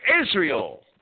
Israel